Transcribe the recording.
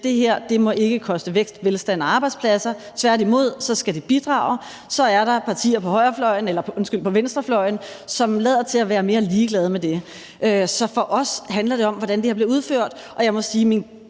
det her ikke må koste vækst, velstand og arbejdspladser, og at det tværtimod skal bidrage, så er der partier på venstrefløjen, som lader til at være mere ligeglade med det. Så for os handler det om, hvordan det her bliver udført. Og jeg må sige, at